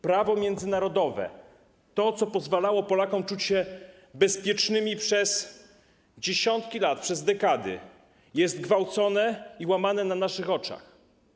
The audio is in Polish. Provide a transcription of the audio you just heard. Prawo międzynarodowe, to, co pozwalało Polakom czuć się bezpiecznymi przez dziesiątki lat, przez dekady, jest gwałcone i łamane na naszych oczach.